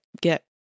get